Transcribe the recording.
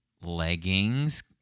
leggings